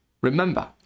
Remember